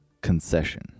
Concession